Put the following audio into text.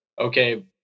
okay